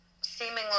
seemingly